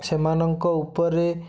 ସେମାନଙ୍କ ଉପରେ